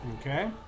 Okay